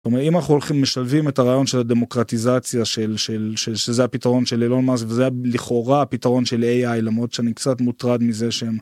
אם אנחנו הולכים משלבים את הרעיון של הדמוקרטיזציה של... שזה הפתרון של אילון מאסק וזה לכאורה הפתרון של ai למרות שאני קצת מוטרד מזה שהם...